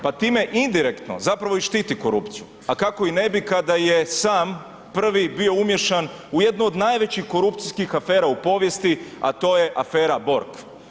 Pa time indirektno zapravo i štiti korupciju, a kako i ne bi kada je sam prvi bio umiješan u jednu od najvećih korupcijskih afera u povijesti, a to je afera Borg.